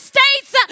States